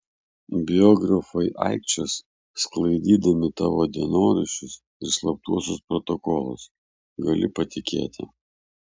biografai aikčios sklaidydami tavo dienoraščius ir slaptuosius protokolus gali patikėti